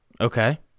Okay